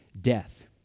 Death